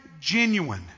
genuine